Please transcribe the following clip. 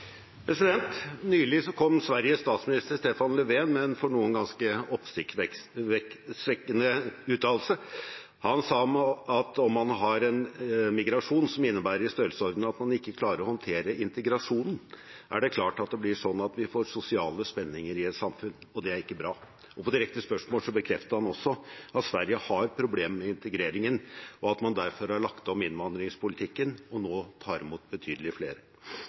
Nylig kom Sveriges statsminister Stefan Löfven med en for noen ganske oppsiktsvekkende uttalelse. Han sa: «Hvis man har en migrasjon som innebærer i størrelsesorden at man ikke klarer å håndtere integrasjonen, er det klart at det blir sånn at vi får sosiale spenninger i et samfunn. Det er ikke bra.» På direkte spørsmål bekreftet han også at Sverige har problemer med integreringen, og at man derfor har lagt om innvandringspolitikken og nå tar imot betydelig